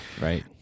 right